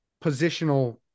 positional